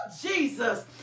Jesus